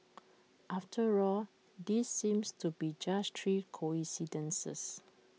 after all these seem to be just three coincidences